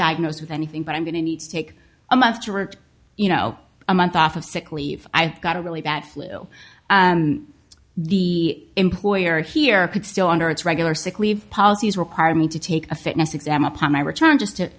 diagnosed with anything but i'm going to need to take a month to or you know a month off of sick leave i've got a really bad flu the employer here could still honor its regular sick leave policies require me to take a fitness exam upon my return just to